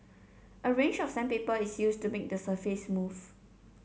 a range of sandpaper is used to make the surface smooth